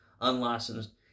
unlicensed